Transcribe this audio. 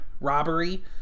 robbery